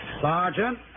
Sergeant